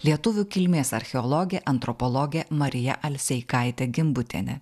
lietuvių kilmės archeologė antropologė marija alseikaitė gimbutienė